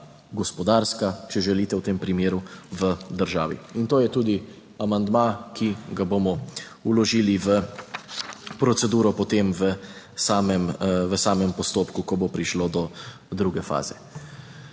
gospodarska, če želite v tem primeru v državi in to je tudi amandma, ki ga bomo vložili v proceduro potem v samem postopku, ko bo prišlo do druge faze.